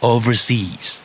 Overseas